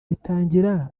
bitangira